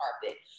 carpet